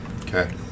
Okay